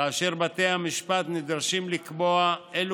כאשר בתי המשפט נדרשים לקבוע אילו